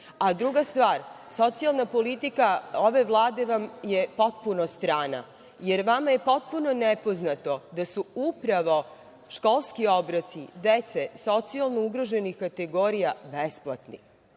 obroka? Druga stvar, socijalna politika ove Vlade vam je potpuno strana, jer vama je potpuno nepoznato da su upravo školski obroci dece socijalno ugroženih kategorija besplatni.